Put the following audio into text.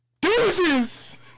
deuces